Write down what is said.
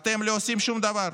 אתם לא עושים שום דבר.